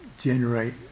generate